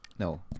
No